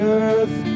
earth